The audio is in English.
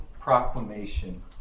proclamation